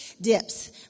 dips